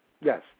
Yes